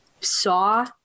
saw